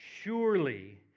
surely